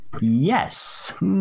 Yes